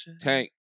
Tank